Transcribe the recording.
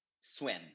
swim